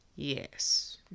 Yes